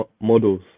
models